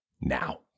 now